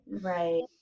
right